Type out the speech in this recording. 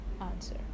answer